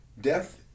Death